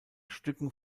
stücken